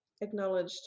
Acknowledged